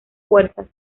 fuerzas